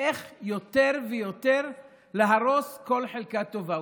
יותר ויותר להרוס כל חלקה טובה.